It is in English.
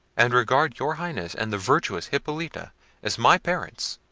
and regard your highness and the virtuous hippolita as my parents.